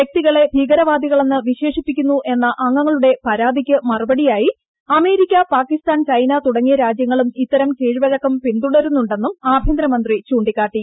വൃക്തികളെ ഭീകരവാദികളെന്ന് വിശേഷിപ്പിക്കുന്നുവെന്ന അംഗങ്ങളുടെ പരാതിയ്ക്ക് മറുപടിയായി അമേരിക്ക പാക്കിസ്ഥാൻ ചൈന തുടങ്ങിയ രാജ്യങ്ങളും ഇത്തരം കീഴ്വഴക്കം പിന്തുടരുന്നുണ്ടെന്നും ആഭ്യന്തരമന്ത്രി ചൂണ്ടിക്കാട്ടി